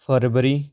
February